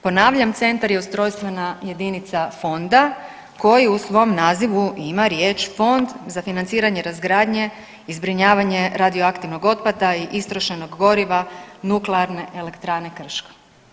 Ponavljam centar je ustrojstvena jedinica fonda koji u svom nazivu ima riječ Fond za financiranje razgradnje i zbrinjavanje radioaktivnog otpada i istrošenog goriva nuklearne elektrane Krško.